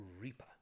Reaper